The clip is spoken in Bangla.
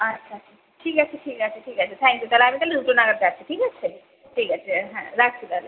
আচ্ছা ঠিক ঠিক আছে ঠিক আছে ঠিক আছে থ্যাঙ্ক ইউ তাহলে আমি তাহলে দুটো নাগাদ আসছি ঠিক আছে ঠিক আছে হ্যাঁ রাখছি তাহলে